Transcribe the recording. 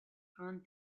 grant